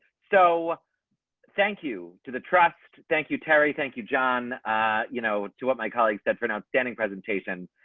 so thank you to the trust. thank you, terry thank you john you know to what my colleagues said for an outstanding presentation,